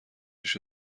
ریش